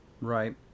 Right